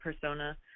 persona